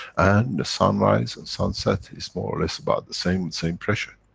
and the sunrise and sunset is, more or less, about the same, same pressure.